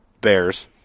bears